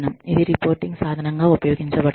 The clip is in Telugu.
ఇది రిపోర్టింగ్ సాధనంగా ఉపయోగించబడుతుంది